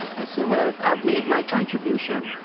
i say, well, i've made my contribution.